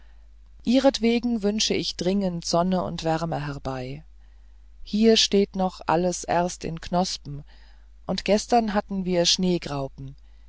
ihretwegen wünsche ich dringend sonne und wärme herbei hier steht noch alles erst in knospen und gestern hatten wir